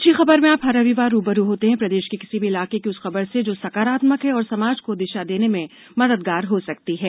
अच्छी खबर में आप हर रविवार रू ब रू होते हैं प्रदेश के किसी भी इलाके की उस खबर से जो सकारात्मक है और समाज को दिशा देने में मददगार हो सकती है